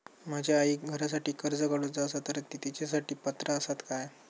माझ्या आईक घरासाठी कर्ज काढूचा असा तर ती तेच्यासाठी पात्र असात काय?